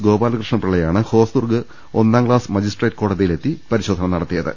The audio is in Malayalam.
ഗോപാലകൃഷ്ണ പിള്ളയാണ് ഹോസ്ദുർഗ് ഒന്നാംക്ലാസ് മജിസ്ട്രേറ്റ് കോടതിയിൽ എത്തി പരിശോധന നടത്തിയത്